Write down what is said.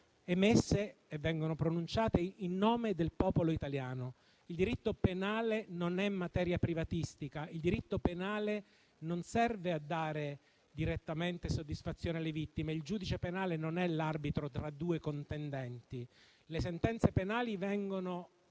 emesse e vengono pronunciate in nome del popolo italiano. Il diritto penale non è materia privatistica, non serve a dare direttamente soddisfazione alle vittime. Il giudice penale non è l'arbitro tra due contendenti. Le sentenze penali vengono